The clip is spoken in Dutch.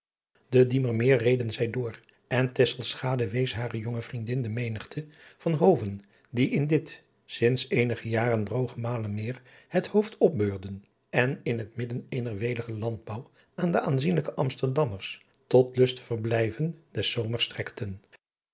de diemermeer reden zij door en tesselschade wees hare jonge vriendin de menigte van hoven die in dit sinds eenige jaren drooggemalen meer het hoofd opbeurden en in het midden eener welige landouw aan de aanzienlijke amsterdammers tot lustverblijven des zomers strekten